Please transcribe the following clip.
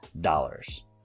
dollars